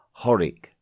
Horik